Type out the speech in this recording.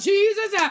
Jesus